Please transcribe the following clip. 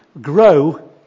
Grow